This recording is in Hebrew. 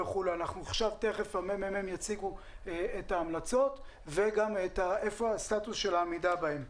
תכף הממ"מ יציגו את ההמלצות ואת סטטוס העמידה בהן.